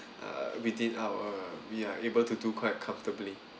uh within our we are able to do quite comfortably